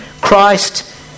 Christ